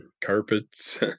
carpets